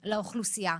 לאוכלוסייה,